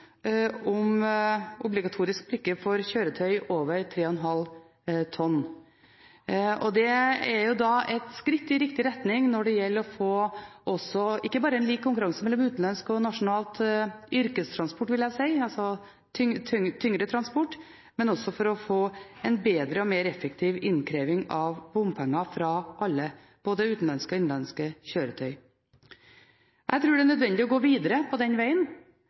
om obligatorisk brikke for kjøretøy over 3,5 tonn. Det er jo et skritt i riktig retning, ikke bare når det gjelder å få lik konkurranse mellom utenlandsk og nasjonal yrkestransport, altså tyngre transport, men også for å få en bedre og mer effektiv innkreving av bompenger fra alle – både utenlandske og innenlandske kjøretøy. Jeg tror det er nødvendig å gå videre på den veien.